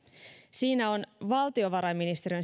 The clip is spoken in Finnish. siinä on valtiovarainministeriön